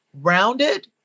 rounded